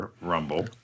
Rumble